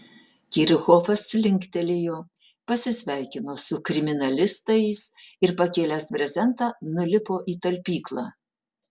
kirchhofas linktelėjo pasisveikino su kriminalistais ir pakėlęs brezentą nulipo į talpyklą